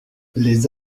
les